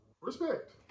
Respect